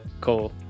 Cool